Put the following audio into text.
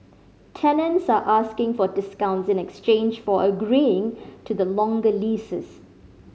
tenants are asking for discounts in exchange for agreeing to the longer leases